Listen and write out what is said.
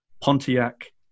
Pontiac